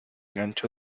gancho